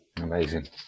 Amazing